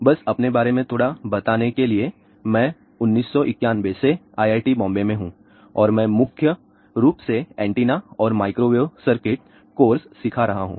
बस अपने बारे में थोड़ा बताने के लिए मैं 1991 से IIT बॉम्बे में हूं और मैं मुख्य रूप से एंटेना और माइक्रोवेव सर्किट कोर्स सिखा रहा हूं